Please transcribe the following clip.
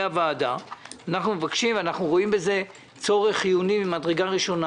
הוועדה מבקשים ורואים בזה צורך חיוני ממדרגה ראשונה